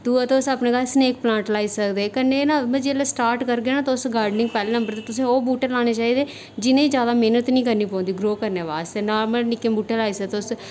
दूआ तुस अपने घर स्नैक प्लांट लाई सकदे कन्नै गै न जेल्लै स्टार्ट करगे ना तुस गार्डनिंग पैह्लें ना मतलब तुसें ओह् बूह्टे लाने चाहिदे जिनेंगी जादा मैह्नत निं करना पौंदी ग्रो करने वास्तै नार्मल निक्के मुट्टे लाई सकदे तुस